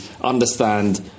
understand